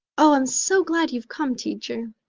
oh, i'm so glad you've come, teacher,